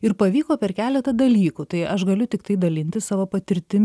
ir pavyko per keletą dalykų tai aš galiu tiktai dalintis savo patirtim